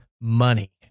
money